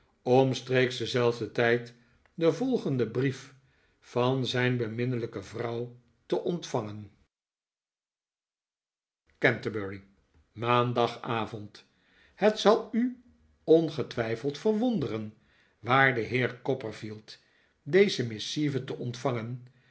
omstreeks dezenzelfden tijd den volgenden brief van zijn beminnelijke vrouw te ontvangen canterbury maandagavond het zal u ongetwijfeld verwonderen waarde mijnheer copperfield deze missive te ontvangen